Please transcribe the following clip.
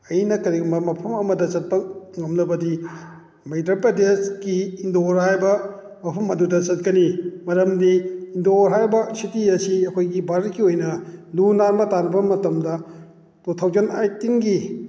ꯑꯩꯅ ꯀꯔꯤꯒꯨꯝꯕ ꯃꯐꯝ ꯑꯃꯗ ꯆꯠꯄ ꯉꯝꯂꯕꯗꯤ ꯃꯩꯗ꯭ꯔ ꯄ꯭ꯔꯗꯦꯁꯀꯤ ꯏꯟꯗꯣꯔ ꯍꯥꯏꯔꯤꯕ ꯃꯐꯝ ꯑꯗꯨꯗ ꯆꯠꯀꯅꯤ ꯃꯔꯝꯗꯤ ꯏꯟꯗꯣꯔ ꯍꯥꯏꯔꯤꯕ ꯁꯤꯇꯤ ꯑꯁꯤ ꯑꯩꯈꯣꯏꯒꯤ ꯚꯥꯔꯠꯀꯤ ꯑꯣꯏꯅ ꯂꯨ ꯅꯥꯟꯕ ꯇꯥꯟꯅꯕ ꯃꯇꯝꯗ ꯇꯨ ꯊꯥꯎꯖꯟ ꯑꯥꯏꯇꯤꯟꯒꯤ